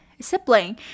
sibling